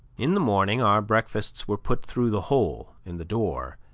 in the morning, our breakfasts were put through the hole in the door,